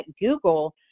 Google